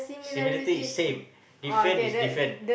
similarity is same different is different